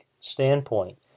standpoint